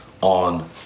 on